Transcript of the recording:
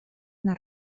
una